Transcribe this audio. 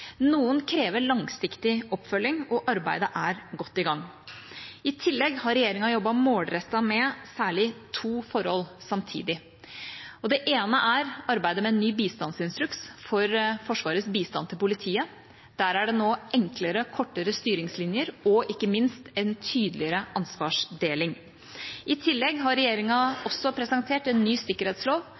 Noen krever langsiktig oppfølging, og arbeidet er godt i gang. I tillegg har regjeringa jobbet målrettet med særlig to forhold samtidig. Det ene er arbeidet med ny bistandsinstruks for Forsvarets bistand til politiet. Der er det nå enklere og kortere styringslinjer og ikke minst en tydeligere ansvarsdeling. I tillegg har regjeringa også presentert en ny sikkerhetslov.